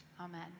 Amen